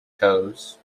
toes